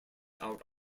out